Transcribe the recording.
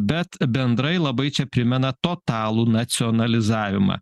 bet bendrai labai čia primena totalų nacionalizavimą